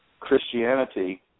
Christianity